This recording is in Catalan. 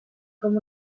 com